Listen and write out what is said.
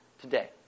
today